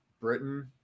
Britain